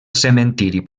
cementiri